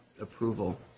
approval